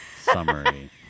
summary